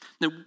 Now